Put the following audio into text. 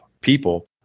people